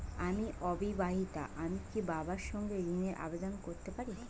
আমি অবিবাহিতা আমি কি বাবার সাথে ঋণের আবেদন করতে পারি?